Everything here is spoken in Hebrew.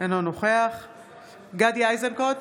אינו נוכח גדי איזנקוט,